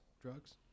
drugs